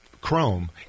Chrome